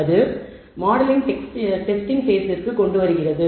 எனவே அது மாடலின் டெஸ்டிங் பேஸிற்க்கு வருகிறது